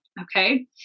Okay